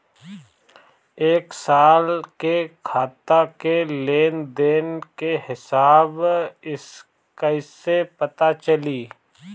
एक साल के खाता के लेन देन के हिसाब कइसे पता चली?